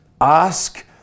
Ask